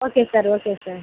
okay sir okay sir